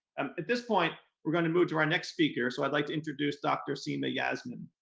um at this point, we're going to move to our next speaker, so i'd like to introduce dr. seema yasmin.